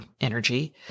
energy